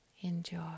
enjoy